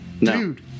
Dude